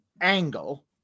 angle